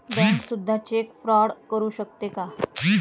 Bank सुद्धा cheque fraud करू शकते का?